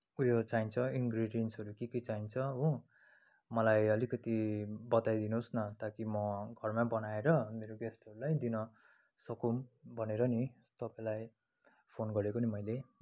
उयो चाहिन्छ इन्ग्रेडियन्ट्सहरू के के चाहिन्छ हो मलाई अलिकति बताइदिनुहोस् न ताकि म घरमा बनाएर मेरो गेस्टहरूलाई दिन सकौँ भनेर नि तपाईँलाई फोन गरेको नि मैले